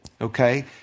Okay